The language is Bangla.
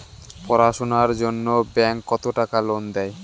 পড়াশুনার জন্যে ব্যাংক কত টাকা লোন দেয়?